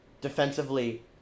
Defensively